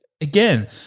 again